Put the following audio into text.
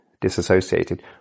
disassociated